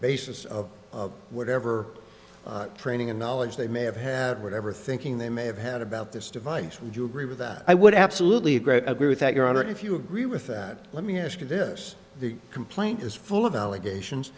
basis of whatever training and knowledge they may have had whatever thinking they may have had about this device and you agree with that i would absolutely a great i agree with that your honor if you agree with that let me ask you this the complaint is full of allegations